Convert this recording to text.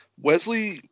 wesley